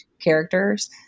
characters